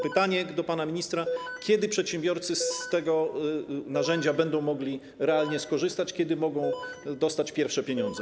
Pytanie do pana ministra: Kiedy przedsiębiorcy z tego narzędzia będą mogli realnie skorzystać, kiedy mogą dostać pierwsze pieniądze?